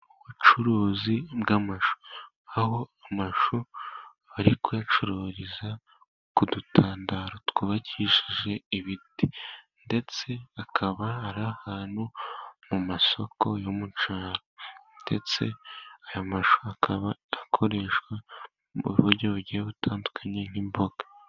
Ubucuruzi bw'amashu. Aho amashu bari kuyacururiza kudutandaro twubakishije ibiti. Ndetse akaba ari ahantu mu masoko yo mu cyaro. Ndetse ayo mashusho akaba akoreshwa mu buryo bugiye butandukanye nk'imboga.